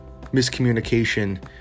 miscommunication